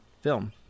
film